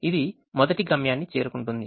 ఇది మొదటి గమ్యాన్ని చేరుకుంటుంది